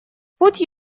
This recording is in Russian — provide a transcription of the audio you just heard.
путь